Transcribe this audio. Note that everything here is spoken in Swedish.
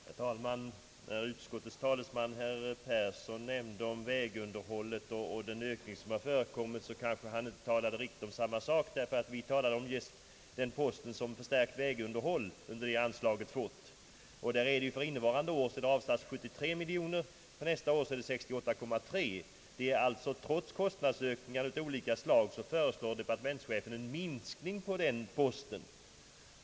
Herr talman! När utskottets talesman, herr Fritz Persson, talar om vägunderhållet och den ökning av anslaget som har förekommit, kanske han inte riktigt talar om samma sak som vi gör. Vi talar nämligen om vad posten Förstärkt vägunderhåll under detta anslag har fått. För innevarande budgetår är avsatta 73 miljoner kronor och för nästa år 68,3 miljoner kronor. Trots kostnadsökningar av olika slag föreslår alltså departe mentschefen en minskning på den posten.